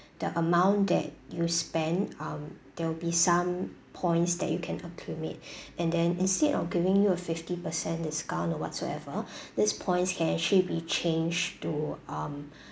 the amount that you spend um there will be some points that you can accumulate and then instead of giving you a fifty percent discount or whatsoever this points can actually be changed to um